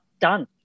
done